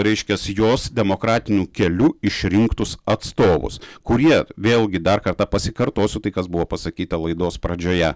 reiškiasi jos demokratiniu keliu išrinktus atstovus kurie vėlgi dar kartą pasikartosiu tai kas buvo pasakyta laidos pradžioje